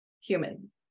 human